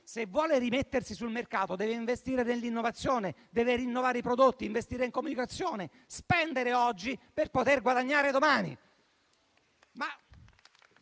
se vuole rimettersi sul mercato, deve investire nell'innovazione, deve rinnovare i prodotti, investire in comunicazione, spendere oggi per poter guadagnare domani.